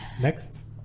Next